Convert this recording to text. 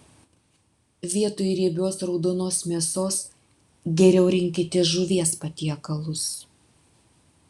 vietoj riebios raudonos mėsos geriau rinkitės žuvies patiekalus